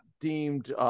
deemed